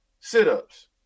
sit-ups